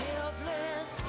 Helpless